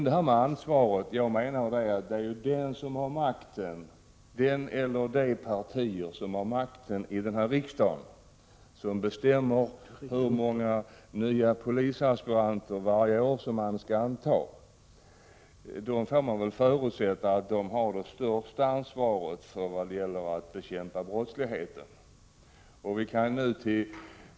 Beträffande ansvaret: Det parti eller de partier som har makten här i riksdagen bestämmer hur många nya polisaspiranter som skall antas varje år, och då får man förutsätta att det största ansvaret ligger där när det gäller att bekämpa brottsligheten.